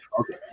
Okay